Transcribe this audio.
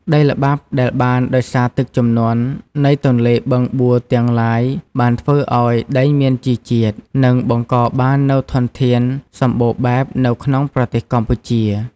ដីល្បាប់ដែលបានដោយសារទឹកជំនន់ នៃទន្លេបឹងបួរទាំងឡាយបានធ្វើឱ្យដីមានជីជាតិ និងបង្កបាននូវធនធានសម្បូរបែបនៅក្នុងប្រទេសកម្ពុជា។